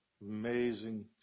amazing